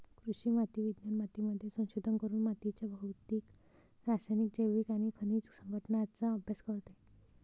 कृषी माती विज्ञान मातीमध्ये संशोधन करून मातीच्या भौतिक, रासायनिक, जैविक आणि खनिज संघटनाचा अभ्यास करते